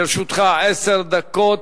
לרשותך עשר דקות.